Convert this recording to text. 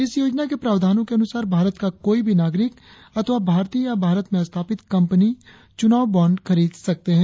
इस योजना के प्रावधानों के अनुसार भारत का कोई भी नागरिक अथवा भारतीय या भारत में स्थापित कंपनी चुनावी बाँड खरीद सकते हैं